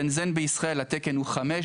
בנזן בישראל התקן הוא 5,